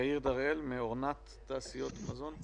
יאיר דראל, "אורנת תעשיות מזון".